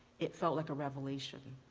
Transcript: it felt like a revelation.